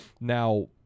Now